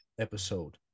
episode